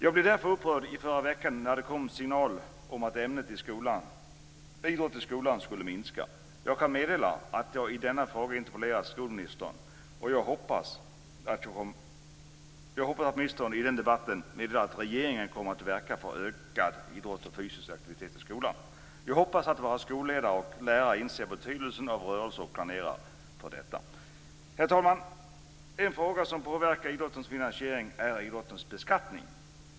Jag blev därför upprörd i förra veckan när det kom en signal om att ämnet idrott i skolan skulle minskas. Jag kan meddela att jag i denna fråga har interpellerat skolministern. Jag hoppas att ministern i den debatten meddelar att regeringen kommer att verka för en ökning av idrott och fysisk aktivitet i skolan. Jag hoppas att våra skolledare och lärare inser betydelsen av rörelse och planerar för detta. Herr talman! En fråga som påverkar idrottens finansiering är idrottens beskattning.